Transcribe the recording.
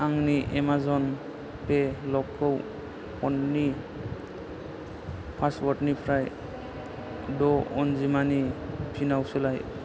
आंनि Amazon pay लकखौ फननि पासवार्डनिफ्राय द' अनजिमानि पिनाव सोलाय